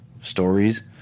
stories